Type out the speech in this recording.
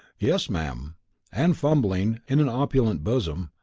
yes, ma'am and fumbling in an opulent bosom,